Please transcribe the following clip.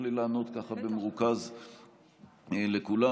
תוכלי לענות במרוכז לכולם.